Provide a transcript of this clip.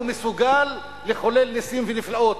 הוא מסוגל לחולל נסים ונפלאות,